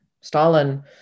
Stalin